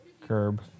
curb